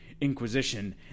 Inquisition